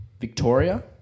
Victoria